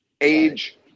age –